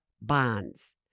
bonds